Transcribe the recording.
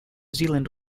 zealand